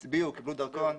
הצביעו, קיבלו דרכון,